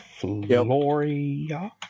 Floria